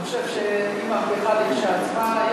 אני חושב שהיא מהפכה כשלעצמה,